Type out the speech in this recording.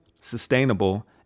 sustainable